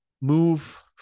move